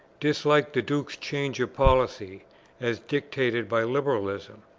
disliked the duke's change of policy as dictated by liberalism.